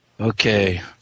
Okay